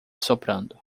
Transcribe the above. soprando